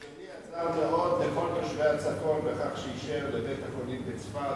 אדוני עזר מאוד לכל תושבי הצפון בכך שאישר לבית-החולים בצפת,